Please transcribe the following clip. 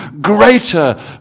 greater